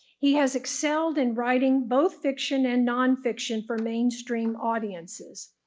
he has excelled in writing both fiction and nonfiction for mainstream audiences.